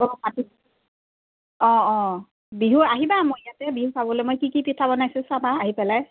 অঁ অঁ বিহু আহিবা মোৰ ইয়াতে বিহু খাবলৈৈ মই কি কি পিঠা বনাইছোঁ চাবা আহি পেলাই